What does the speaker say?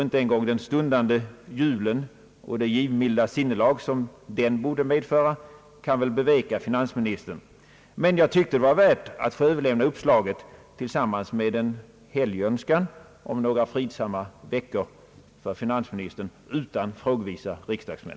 Inte ens den stundande julen och det givmilda sinnelag som den borde medföra kan väl beveka finansministern, men jag tyckte det var värt att få överlämna uppslaget tillsammans med en helgönskan om några fridsamma veckor för finansministern, utan frågvisa riksdagsmän.